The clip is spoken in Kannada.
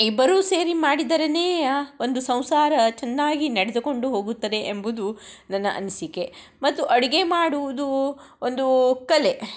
ಇಬ್ಬರೂ ಸೇರಿ ಮಾಡಿದರನೇ ಒಂದು ಸಂಸಾರ ಚೆನ್ನಾಗಿ ನಡೆದುಕೊಂಡು ಹೋಗುತ್ತದೆ ಎಂಬುದು ನನ್ನ ಅನಿಸಿಕೆ ಮತ್ತು ಅಡಿಗೆ ಮಾಡುವುದು ಒಂದೂ ಕಲೆ